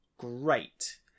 great